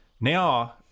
now